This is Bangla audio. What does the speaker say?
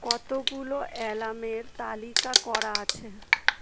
কতগুলো অ্যালার্মের তালিকা করা আছে